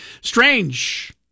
Strange